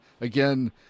again